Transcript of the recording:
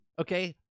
Okay